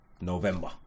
November